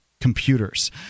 computers